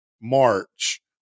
March